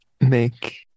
make